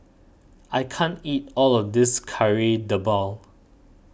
I can't eat all of this Kari Debal